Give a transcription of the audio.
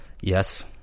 Yes